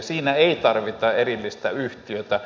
siinä ei tarvita erillistä yhtiötä